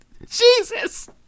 Jesus